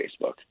Facebook